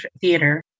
Theater